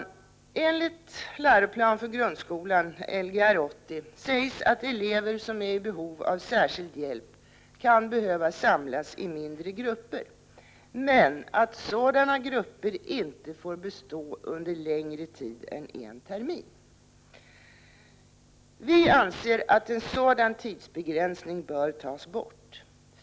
I 1980 års läroplan för grundskolan, Lgr 80, sägs att elever som är i behov av särskild hjälp kan behöva samlas i mindre grupper men att sådana grupper inte får bestå under längre tid än en termin. Vi anser att en sådan tidsbegränsning bör tas bort.